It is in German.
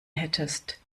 hättest